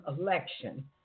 election